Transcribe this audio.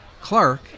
Clark